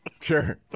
Sure